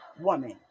woman